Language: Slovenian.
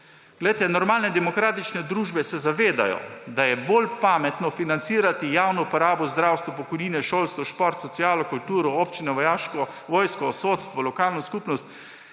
doto. Normalne demokratične družbe se zavedajo, da je bolj pametno financirati javno porabo v zdravstvu, pokojnine, šolstvo, šport, socialo, kulturo, občine, vojsko, sodstvo, lokalno skupnost,